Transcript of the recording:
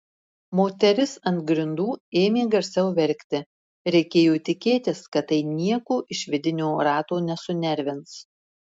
moteris ant grindų ėmė garsiau verkti reikėjo tikėtis kad tai nieko iš vidinio rato nesunervins